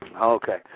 Okay